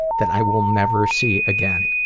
that i will never see again.